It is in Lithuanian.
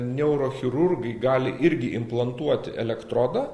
neurochirurgai gali irgi implantuoti elektrodą